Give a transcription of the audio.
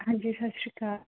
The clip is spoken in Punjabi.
ਹਾਂਜੀ ਸਤਿ ਸ਼੍ਰੀ ਅਕਾਲ